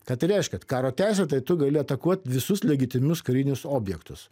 ką tai reiškia karo teisė tai tu gali atakuot visus legitimus karinius objektus